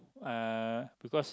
uh because